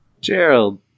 Gerald